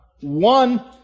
one